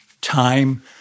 time